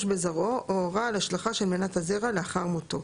בזרעו או הורה על השלכת של מנת הזרע לאחר מותו.